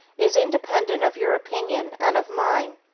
is independent of your opinion and of mine.